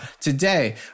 today